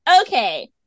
Okay